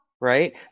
Right